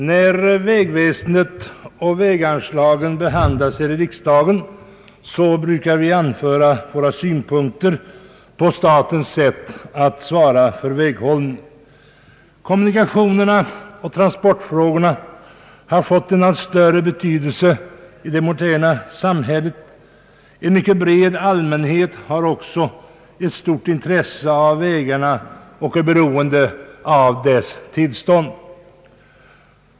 Herr talman! När vägväsendet och väganslagen behandlas i riksdagen brukar vi anföra våra synpunkter på statens sätt att svara för väghållningen. Kommunikationerna och transportfrågorna har i det moderna samhället fått allt större betydelse, och allmänheten har också ett allt större intresse för vägarna och är alltmer beroende av deras tillstånd.